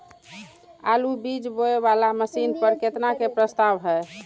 आलु बीज बोये वाला मशीन पर केतना के प्रस्ताव हय?